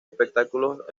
espectáculos